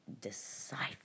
decipher